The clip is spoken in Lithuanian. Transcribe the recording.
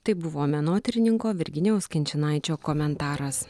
tai buvo menotyrininko virginijaus kinčinaičio komentaras